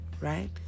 right